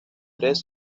tres